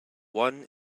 one